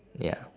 ya